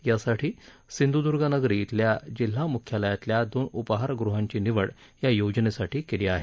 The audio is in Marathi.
यासाठी सिंधूदूर्गनगरी इथल्या जिल्हा मुख्यालयातल्या दोन उपहारगुहांची निवड या योजनेसाठी करण्यात आली आहे